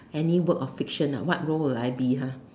any work of fiction what role would I be